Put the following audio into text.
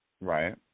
Right